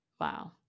wow